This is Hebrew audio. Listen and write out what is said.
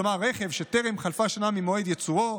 כלומר רכב שטרם חלפה שנה ממועד ייצורו,